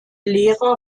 lehrer